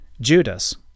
Judas